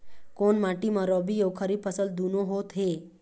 कोन माटी म रबी अऊ खरीफ फसल दूनों होत हे?